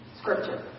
scripture